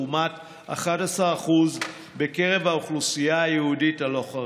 לעומת 11% בקרב האוכלוסייה היהודית הלא-חרדית.